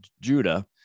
Judah